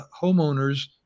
homeowners